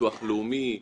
ביטוח לאומי.